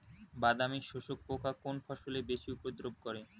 বাদামি শোষক পোকা কোন ফসলে বেশি উপদ্রব করে?